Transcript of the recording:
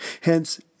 hence